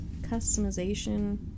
customization